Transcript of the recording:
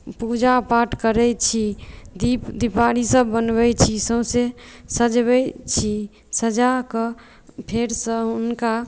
पूजा पाठ करैत छी दीप दीबारीसभ बनबैत छी सौँसे सजबैत छी सजा कऽ फेरसँ हुनका